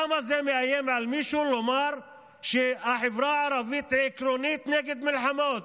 למה זה מאיים על מישהו לומר שהחברה הערבית היא עקרונית נגד מלחמות?